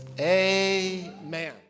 Amen